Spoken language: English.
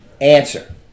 answer